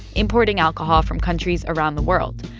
importing alcohol from countries around the world.